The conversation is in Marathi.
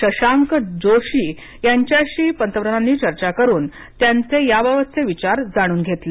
शशांक जोशी यांच्याशी पंतप्रधानांनी चर्चा करून त्यांचे याबाबतचे विचार जाणून घेतले